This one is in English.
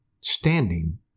standing